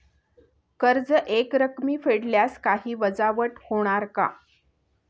कर्ज एकरकमी फेडल्यास काही वजावट होणार का?